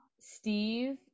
Steve